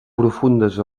profundes